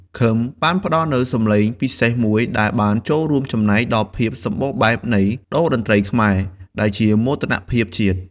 ឃឹមបានផ្តល់នូវសំឡេងពិសេសមួយដែលបានរួមចំណែកដល់ភាពសម្បូរបែបនៃតូរ្យតន្ត្រីខ្មែរ ដែលជាមោទនភាពជាតិ។